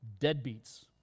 deadbeats